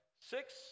six